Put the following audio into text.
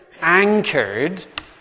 anchored